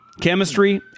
Chemistry